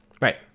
Right